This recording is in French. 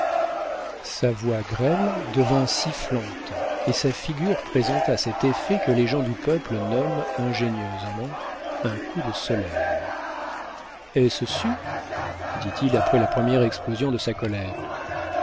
sa voix grêle devint sifflante et sa figure présenta cet effet que les gens du peuple nomment ingénieusement un coup de soleil est-ce sûr dit-il après la première explosion de sa colère